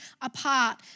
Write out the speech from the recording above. apart